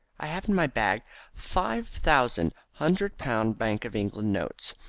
i have in my bag five thousand hundred-pound bank of england notes.